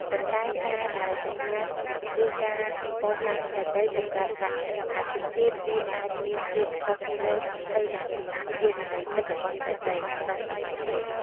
ប៉ុន្តែការដែលសំខាន់ គឺការកសាងចេតិយសម្រាប់ដាក់អដ្ឋិធាតុ វាអាចមានភាពខុសឆ្គងទៅនឹងនិយមន័យពិតរបស់ចេតិយ ក្នុងសម័យព្រះ។